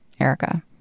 Erica